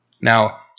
Now